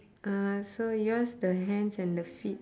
uh so yours the hands and the feet